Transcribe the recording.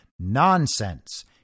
Nonsense